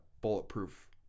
bulletproof